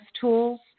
tools